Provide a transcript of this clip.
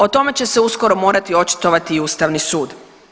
O tome će se uskoro morati očitovati i Ustavni sud.